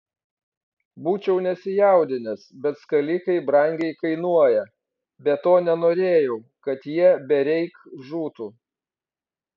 būčiau nesijaudinęs bet skalikai brangiai kainuoja be to nenorėjau kad jie bereik žūtų